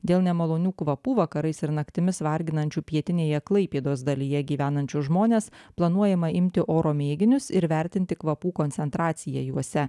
dėl nemalonių kvapų vakarais ir naktimis varginančių pietinėje klaipėdos dalyje gyvenančius žmones planuojama imti oro mėginius ir vertinti kvapų koncentraciją juose